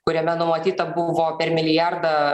kuriame numatyta buvo per milijardą